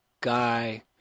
guy